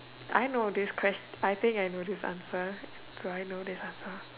I know this ques I think I know this answer do I know this answer